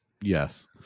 Yes